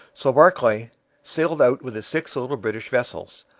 so barclay sailed out with his six little british vessels,